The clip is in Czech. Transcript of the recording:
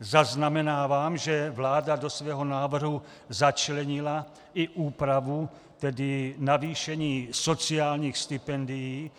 Zaznamenávám, že vláda do svého návrhu začlenila i úpravu tedy navýšení sociálních stipendií